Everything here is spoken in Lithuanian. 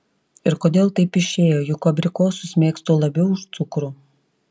ir kodėl taip išėjo juk abrikosus mėgstu labiau už cukrų